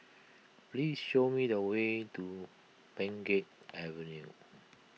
please show me the way to Pheng Geck Avenue